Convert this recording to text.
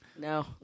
no